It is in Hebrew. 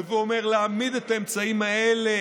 הווי אומר, להעמיד את האמצעים האלה